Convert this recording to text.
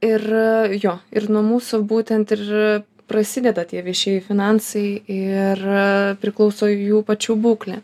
ir jo ir nuo mūsų būtent ir prasideda tie viešieji finansai ir priklauso jų pačių būklė